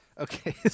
Okay